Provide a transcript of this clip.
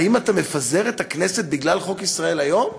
האם אתה מפזר את הכנסת בגלל חוק "ישראל היום"?